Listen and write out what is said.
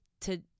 to-